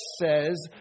says